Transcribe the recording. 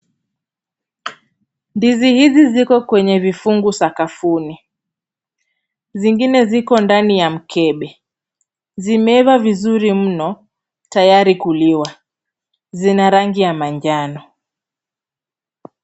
Ndizi hizi ziko kwenye vifungu sakafuni, zingine ziko ndani ya mkebe. Zimeiva vizuri mno, tayari kuliwa. Zina rangi ya manjano.